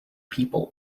people